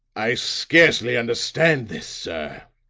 i scarcely understand this, sir.